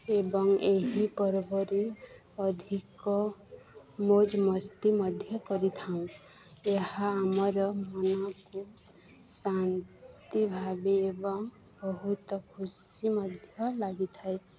ଏବଂ ଏହି ପର୍ବରେ ଅଧିକ ମଉଜ ମସ୍ତି ମଧ୍ୟ କରିଥାଉ ଏହା ଆମର ମନକୁ ଶାନ୍ତି ଭାବେ ଏବଂ ବହୁତ ଖୁସି ମଧ୍ୟ ଲାଗିଥାଏ